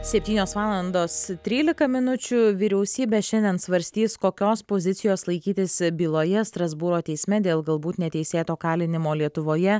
septynios valandos trylika minučių vyriausybė šiandien svarstys kokios pozicijos laikytis byloje strasbūro teisme dėl galbūt neteisėto kalinimo lietuvoje